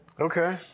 Okay